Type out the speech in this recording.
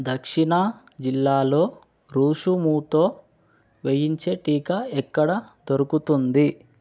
దక్షిణ జిల్లాలో రుషుముతో వేయించే టీకా ఎక్కడ దొరుకుతుంది